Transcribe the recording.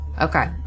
Okay